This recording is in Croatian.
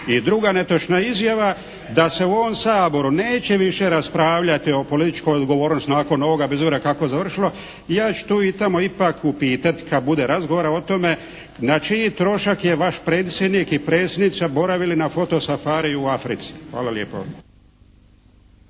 I druga netočna izjava da se u ovom Saboru neće više raspravljati o političkoj odgovornosti nakon ovoga bez obzira kako završilo, ja ću tu i tamo ipak upitati kad bude razgovora o tome, na čiji trošak je vaš predsjednik i predsjednica boravili na foto safariju u Africi? Hvala lijepo.